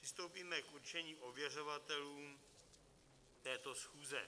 Přistoupíme k určení ověřovatelů této schůze.